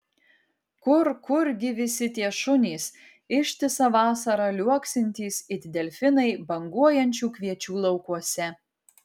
kur kurgi visi tie šunys ištisą vasarą liuoksintys it delfinai banguojančių kviečių laukuose